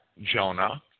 Jonah